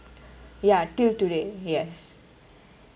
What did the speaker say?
ya till today yes